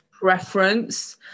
preference